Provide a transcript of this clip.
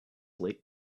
late